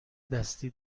دستی